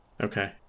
Okay